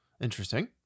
Interesting